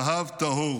זהב טהור.